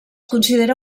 considera